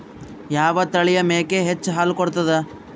ಯಾವ ತಳಿಯ ಮೇಕಿ ಹೆಚ್ಚ ಹಾಲು ಕೊಡತದ?